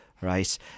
Right